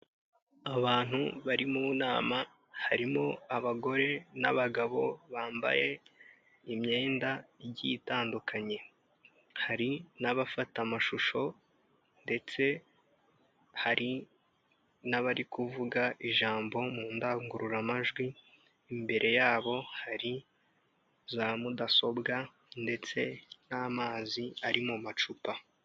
Abantu bari mu nama harimo abagore n'abagabo bambaye imyenda igiye itandukanye hari n'abafata amashusho ndetse hari n'abari kuvuga ijambo mu ndangururamajwi imbere yabo hari za mudasobwa ndetse n'amazi ari mu macupa.